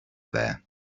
there